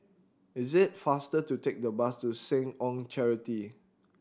is it faster to take the bus to Seh Ong Charity